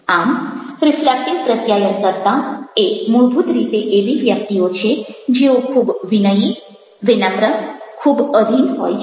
આમ રિફ્લેક્ટિવ પ્રત્યાયનકર્તા એ મૂળભૂત રીતે એવી વ્યક્તિઓ છે જેઓ ખૂબ વિનયી વિનમ્ર ખૂબ અધીન હોય છે